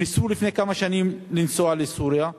הם ניסו לפני כמה שנים לנסוע לסוריה,